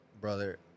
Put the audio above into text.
brother